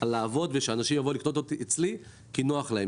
לעבוד ושאנשים יבוא לקנות אצלי כי נוח להם.